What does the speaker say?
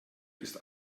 ist